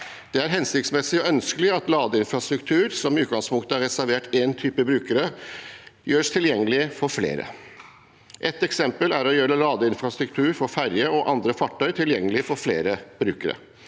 Det er hensiktsmessig og ønskelig at ladeinfrastruktur som i utgangspunktet er reservert for én type brukere, gjøres tilgjengelig for flere. Ett eksempel er å gjøre ladeinfrastruktur for ferje og andre fartøy tilgjengelig for flere brukere.